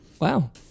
Wow